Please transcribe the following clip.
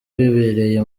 bibereye